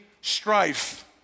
strife